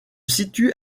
situe